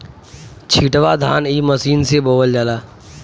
छिटवा धान इ मशीन से बोवल जाला